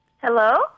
Hello